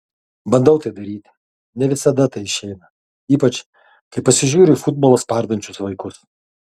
bandau tai daryti ne visada tai išeina ypač kai pasižiūriu į futbolą spardančius vaikus